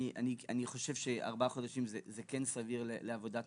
אני חושב שארבעה חודשים זה כן סביר לעבודת